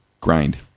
grind